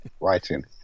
writing